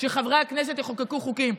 שחברי הכנסת יחוקקו חוקים.